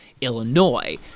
Illinois